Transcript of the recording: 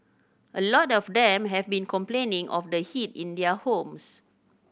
a lot of them have been complaining of the heat in their homes